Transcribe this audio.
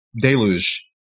deluge